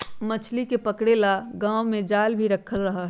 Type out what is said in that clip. मछली के पकड़े ला गांव में जाल भी रखल रहा हई